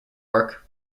work